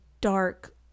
dark